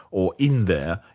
or in there,